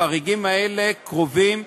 בחריגים האלה, קרובים,